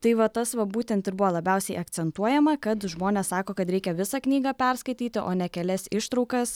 tai va tas va būtent ir buvo labiausiai akcentuojama kad žmonės sako kad reikia visą knygą perskaityti o ne kelias ištraukas